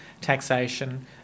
taxation